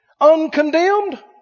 Uncondemned